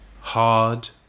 Hard